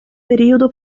periodo